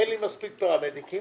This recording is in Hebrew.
אין לי מספיק פרמדיקים